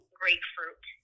grapefruit